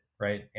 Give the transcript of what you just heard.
right